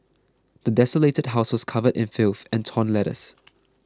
the desolated house was covered in filth and torn letters